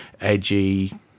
edgy